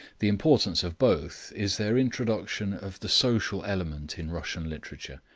the importance of both is their introduction of the social element in russian literature,